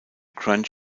grand